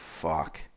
fuck